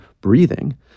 breathing